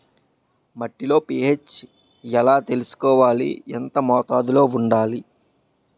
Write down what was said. మట్టిలో పీ.హెచ్ ఎలా తెలుసుకోవాలి? ఎంత మోతాదులో వుండాలి?